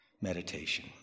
meditation